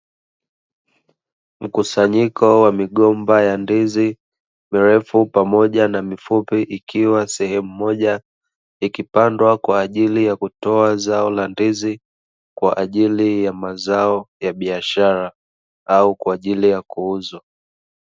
Mkusanyiko wa migomba ya ndizi mirefu pamoja na mifupi ikiwa sehemu moja, ikipandwa kwa ajili ya kutoa zao la ndizi kwa ajili ya mazao ya biashara au kwa ajili ya kuuzwa.